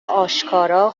آشکارا